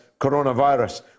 coronavirus